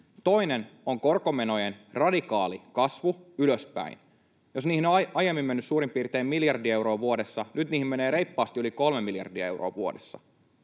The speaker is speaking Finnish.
Toinen on korkomenojen radikaali kasvu ylöspäin. Jos niihin on aiemmin mennyt suurin piirtein miljardi euroa vuodessa, nyt niihin menee reippaasti yli kolme miljardia euroa vuodessa.